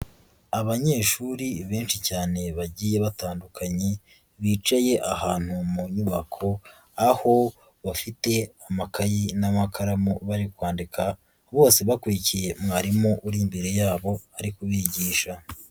Abanyeshuri benshi cyane bagiye batandukanye, bicaye ahantu mu nyubako, aho bafite amakayi n'amakaramu bari kwandika, bose bakurikiye mwarimu uri imbere yabo ari kubigisha.